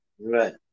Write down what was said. Right